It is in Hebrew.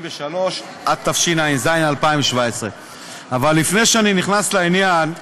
33), התשע"ז 2017. אבל לפני שאני נכנס לעניין,